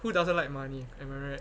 who doesn't like money am I right